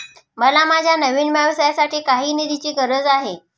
मला माझ्या नवीन व्यवसायासाठी काही निधीची गरज आहे